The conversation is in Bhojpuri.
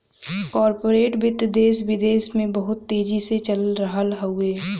कॉर्पोरेट वित्त देस विदेस में बहुत तेजी से चल रहल हउवे